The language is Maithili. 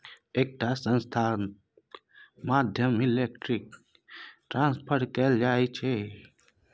एकटा संस्थाक माध्यमसँ इलेक्ट्रॉनिक ट्रांसफर कएल जाइ छै